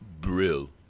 Brill